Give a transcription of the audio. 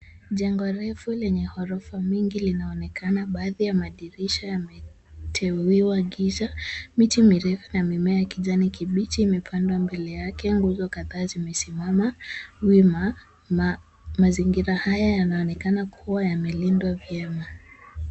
Jengo refu lenye ghorofa mingi linaonekana ,baadhi ya madirisha yameteuiwa kisha miti mirefu na mimea ya kijani kibichi imepandwa mbele yake, nguzo kadhaa zimesimama wima, mazingira haya yanaonekana kua yamelindwa vyema.